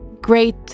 great